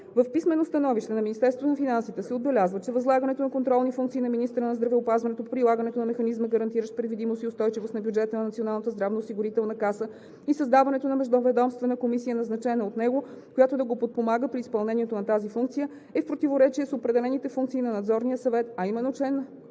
на финансите се отбелязва, че възлагането на контролни функции на министъра на здравеопазването по прилагането на механизма, гарантиращ предвидимост и устойчивост на бюджета на Националната здравноосигурителна каса и създаването на междуведомствена комисия, назначена от него, която да го подпомага при изпълнението на тази функция, е в противоречие с определените функции на Надзорния съвет, а именно чл.